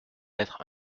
être